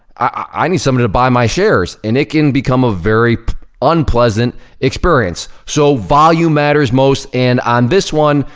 i need somebody to buy my shares, and it can become a very unpleasant experience. so volume matters most. and on this one,